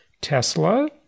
Tesla